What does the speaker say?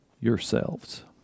Yourselves